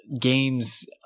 games